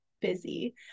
Busy